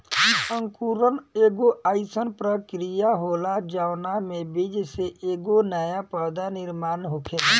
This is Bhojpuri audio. अंकुरण एगो आइसन प्रक्रिया होला जवना में बीज से एगो नया पौधा के निर्माण होखेला